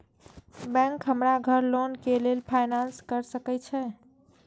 Bank हमरा घर loan के लेल फाईनांस कर सके छे?